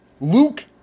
Luke